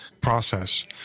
process